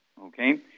Okay